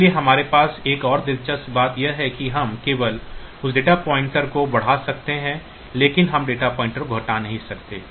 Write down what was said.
इसलिए हमारे पास एक और दिलचस्प बात यह है कि हम केवल उस डेटा पॉइंटर को बढ़ा सकते हैं लेकिन हम डेटा पॉइंटर को घटा नहीं सकते